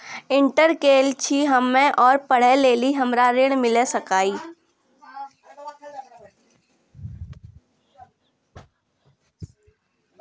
Inter केल छी हम्मे और पढ़े लेली हमरा ऋण मिल सकाई?